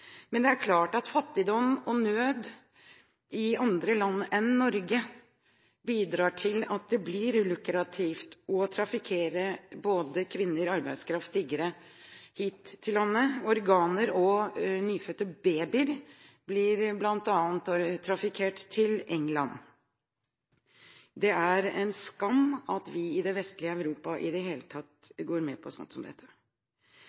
Men det er klart at fattigdom og nød i andre land enn Norge bidrar til at det blir lukrativt å trafikkere kvinner, arbeidskraft og tiggere hit til landet. Organer og nyfødte babyer blir bl.a. trafikkert til England. Det er en skam at vi i den vestlige delen av Europa i det hele tatt går med på sånt som dette.